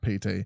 PT